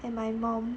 and my mom